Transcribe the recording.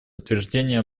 утверждения